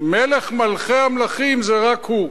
מלך מלכי המלכים זה רק הוא.